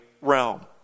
realm